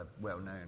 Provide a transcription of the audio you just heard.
well-known